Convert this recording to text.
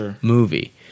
movie